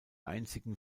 einzigen